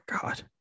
god